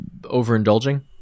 overindulging